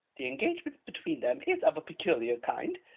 the engagement between them is of a peculiar kind.